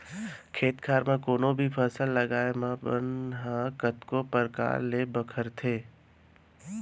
खेत खार म कोनों भी फसल लगाए म बन ह कतको परकार ले बगरथे